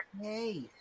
hey